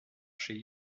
chez